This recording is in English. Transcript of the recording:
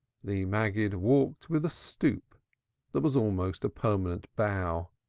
the maggid walked with a stoop that was almost a permanent bow,